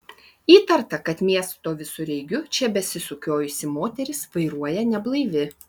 įtarta kad miesto visureigiu čia besisukiojusi moteris vairuoja neblaivi